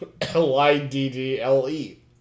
L-I-D-D-L-E